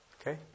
Okay